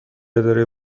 اداره